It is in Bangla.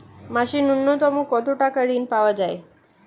মাসে নূন্যতম কত টাকা ঋণ পাওয়া য়ায়?